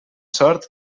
sort